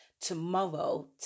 tomorrow